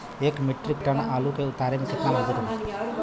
एक metric tonne आलू के उतारे मे कितना मजदूर लागि?